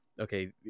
Okay